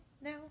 now